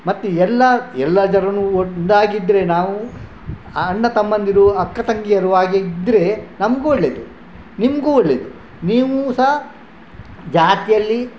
ಮತ್ತೆ ಎಲ್ಲ ಎಲ್ಲ ಜನರೂ ಒಂದಾಗಿದ್ದರೆ ನಾವು ಅಣ್ಣ ತಮ್ಮಂದಿರು ಅಕ್ಕ ತಂಗಿಯರು ಹಾಗೆ ಇದ್ದರೆ ನಮಗೂ ಒಳ್ಳೆಯದು ನಿಮಗೂ ಒಳ್ಳೆಯದು ನೀವು ಸಹಾ ಜಾತಿಯಲ್ಲಿ